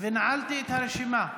ונעלתי את הרשימה.